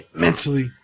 mentally